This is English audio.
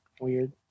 weird